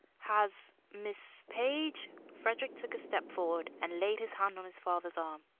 has miss page frederick took a step forward and laid his hand on his father's arm.